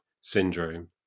syndrome